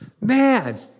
Man